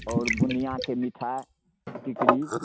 आओर बुनियाके मिठाइ टिकड़ी